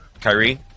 Kyrie